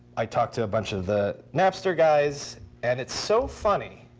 i talked to a bunch of the napster guys. and it's so funny.